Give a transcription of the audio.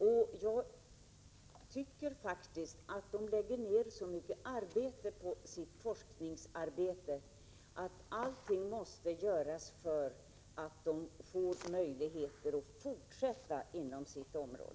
Jag tycker faktiskt att sjuksköterskorna lägger ner så mycket arbete på sin forskning att allt måste göras för att de skall få möjlighet att fortsätta inom sitt område.